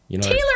Taylor